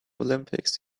olympics